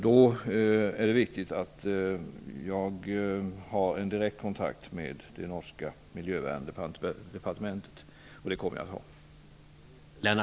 Då är det viktigt att jag har en direkt kontakt med det norska miljödepartementet, och det kommer jag att ha.